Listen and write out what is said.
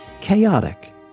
chaotic